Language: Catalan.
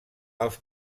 els